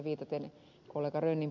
viitaten kollega ed